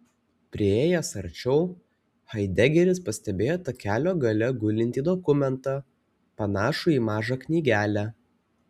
priėjęs arčiau haidegeris pastebėjo takelio gale gulintį dokumentą panašų į mažą knygelę